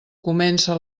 comença